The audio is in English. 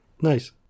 Nice